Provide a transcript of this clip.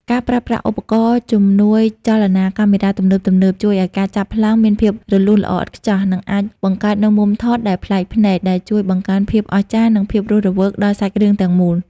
ការប្រើប្រាស់ឧបករណ៍ជំនួយចលនាកាមេរ៉ាទំនើបៗ ជួយឱ្យការចាប់ប្លង់មានភាពរលូនល្អឥតខ្ចោះ និងអាចបង្កើតនូវមុំថតដែលប្លែកភ្នែក ដែលជួយបង្កើនភាពអស្ចារ្យ និងភាពរស់រវើកដល់សាច់រឿងទាំងមូល។